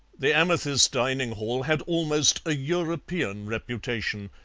the amethyst dining-hall had almost a european reputation,